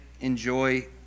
enjoy